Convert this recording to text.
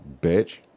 bitch